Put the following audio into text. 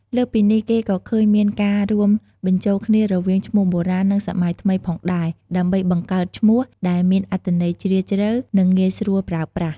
លើសពីនេះ គេក៏ឃើញមានការរួមបញ្ចូលគ្នារវាងឈ្មោះបុរាណ និងសម័យថ្មីផងដែរ ដើម្បីបង្កើតឈ្មោះដែលមានអត្ថន័យជ្រាលជ្រៅ និងងាយស្រួលប្រើប្រាស់។